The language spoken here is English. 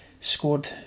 Scored